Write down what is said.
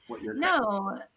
No